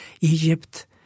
Egypt